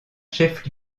chef